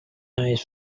eyes